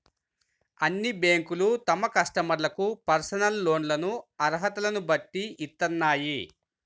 అన్ని బ్యేంకులూ తమ కస్టమర్లకు పర్సనల్ లోన్లను అర్హతలను బట్టి ఇత్తన్నాయి